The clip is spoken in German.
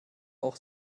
auch